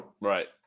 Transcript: right